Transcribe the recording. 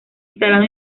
instalado